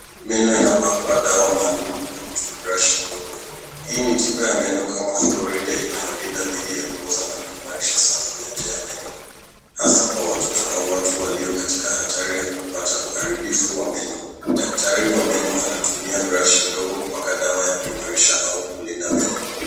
Meno yanapakwa dawa maaalum kwa kutumia brush ndogo. Hii ni tiba ya meno kama fluoride inayolinda dhidi ya kuoza na kuimarisha safu ya njia ya meno hasa kwa watoto au watu walio katika hali ya kupata uharibifu wa meno. Daktari wa meno anatumia brush ndogo kupaka dawa ya kuimarisha au kulinda meno.